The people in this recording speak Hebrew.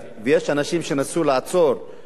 ויש אנשים שניסו לעצור,